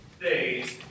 days